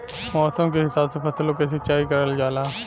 मौसम के हिसाब से फसलो क सिंचाई करल जाला